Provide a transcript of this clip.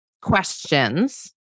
questions